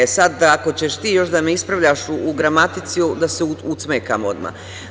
Sad, ako ćeš ti još da me ispravljaš u gramatici, da se ucmekam odmah.